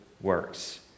works